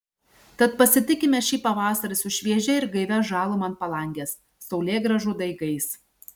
tad pasitikime šį pavasarį su šviežia ir gaivia žaluma ant palangės saulėgrąžų daigais